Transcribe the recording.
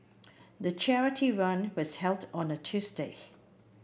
the charity run was held on a Tuesday